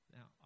Now